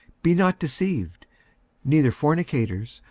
be not deceived neither fornicators,